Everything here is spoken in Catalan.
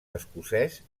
escocès